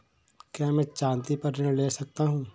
क्या मैं चाँदी पर ऋण ले सकता हूँ?